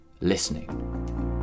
listening